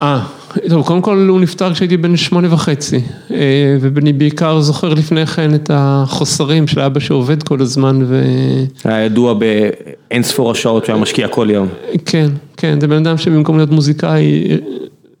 קודם כל הוא נפטר כשהייתי בן שמונה וחצי ובני בעיקר זוכר לפני כן את החוסרים של אבא שעובד כל הזמן והיה ידוע באין ספור השעות שהיה משקיע כל יום כן כן זה בנאדם שבמקום להיות מוזיקאי